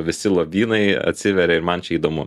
visi lobynai atsiveria ir man čia įdomu